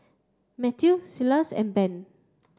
Mathew Silas and Ben